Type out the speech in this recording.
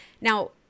Now